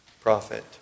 prophet